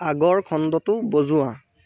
আগৰ খণ্ডটো বজোৱা